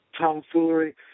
tomfoolery